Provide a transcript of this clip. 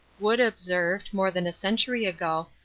wood observed, more than a century ago,